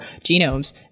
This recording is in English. genomes